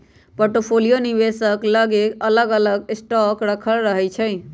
portfolio निवेशक के लगे अलग अलग स्टॉक राखल रहै छइ